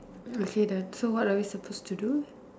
okay done so what are we supposed to do